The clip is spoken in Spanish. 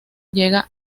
llega